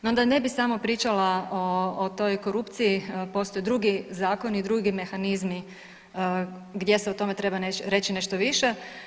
No da ne bi samo pričala o toj korupciji postoje drugi zakoni i drugi mehanizmi gdje se o tome treba reći nešto više.